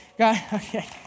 okay